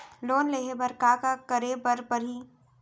Loan लेहे बर का का का करे बर परहि?